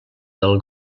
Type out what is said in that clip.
del